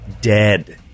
Dead